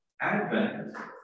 Advent